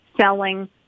selling